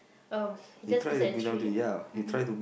um just beside the tree mhm